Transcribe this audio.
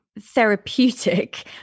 therapeutic